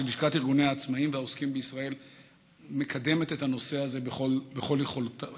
ולשכת ארגוני העצמאים והעוסקים בישראל מקדמת את הנושא הזה בכל יכולותיה,